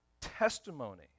testimony